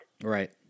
Right